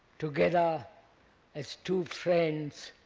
together as two friends